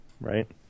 Right